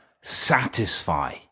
satisfy